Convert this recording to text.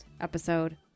episode